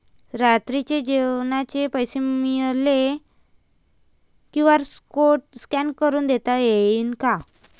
रात्रीच्या जेवणाचे पैसे मले क्यू.आर कोड स्कॅन करून देता येईन का?